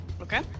Okay